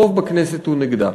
הרוב בכנסת הוא נגדה.